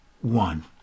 one